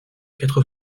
quatre